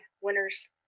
winners